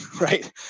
right